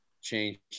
change